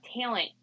talent